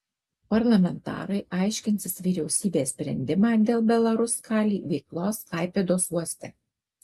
parlamentarai aiškinsis vyriausybės sprendimą dėl belaruskalij veiklos klaipėdos uoste